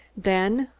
then,